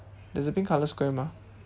there is a pink colour square mah